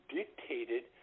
dictated